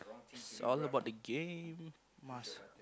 it's all about the game must